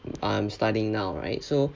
I'm studying now right so